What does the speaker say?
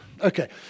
Okay